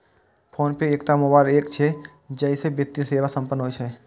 PhonePe एकटा mobile app छियै, जइसे वित्तीय सेवा संपन्न होइ छै